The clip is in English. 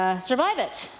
ah survive it.